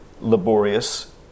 laborious